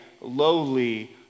lowly